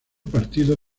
partido